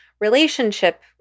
relationship